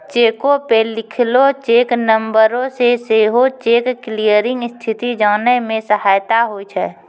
चेको पे लिखलो चेक नंबरो से सेहो चेक क्लियरिंग स्थिति जाने मे सहायता होय छै